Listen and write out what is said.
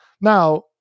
now